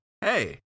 hey